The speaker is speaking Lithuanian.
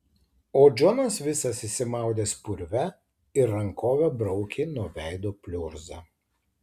o džonas visas išsimaudęs purve ir rankove braukė nuo veido pliurzą